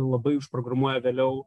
labai užprogramuoja vėliau